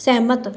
ਸਹਿਮਤ